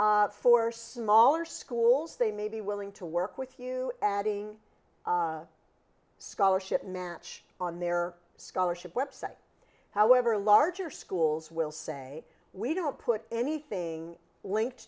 for smaller schools they may be willing to work with you adding scholarship match on their scholarship website however larger schools will say we don't put anything linked